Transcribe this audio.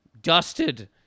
dusted